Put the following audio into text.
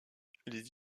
les